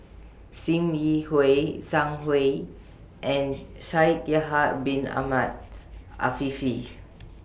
SIM Yi Hui Zhang Hui and Shaikh Yahya Bin Ahmed Afifi